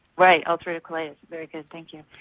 right, ulcerative colitis, very good thinking.